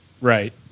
Right